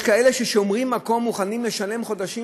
יש כאלה ששומרים מקום ומוכנים לשלם חודשים,